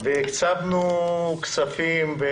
הקצבנו כספים.